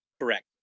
Correct